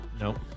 nope